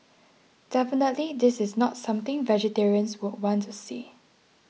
definitely this is not something vegetarians would want to see